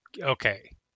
Okay